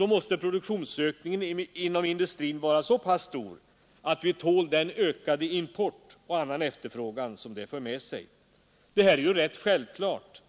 måste produktionsökningen inom industrin vara så pass stor att vi tål den ökade import och annan efterfrågan som det för med sig. Detta är rätt självklart.